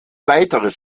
weiteres